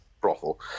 brothel